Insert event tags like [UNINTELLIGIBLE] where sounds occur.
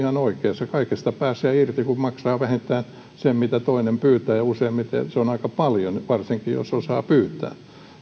[UNINTELLIGIBLE] on ihan oikeassa kaikesta pääsee irti kun maksaa vähintään sen mitä toinen pyytää ja useimmiten se on aika paljon varsinkin jos osaa pyytää